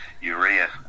urea